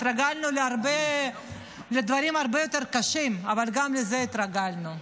התרגלנו לדברים הרבה יותר קשים אבל גם לזה התרגלנו,